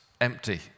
empty